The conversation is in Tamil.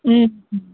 ம் ம்